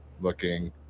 looking